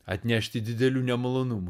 atnešti didelių nemalonumų